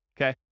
okay